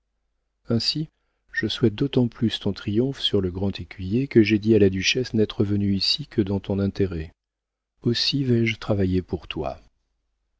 ainsi je souhaite d'autant plus ton triomphe sur le grand écuyer que j'ai dit à la duchesse n'être venu ici que dans ton intérêt aussi vais-je travailler pour toi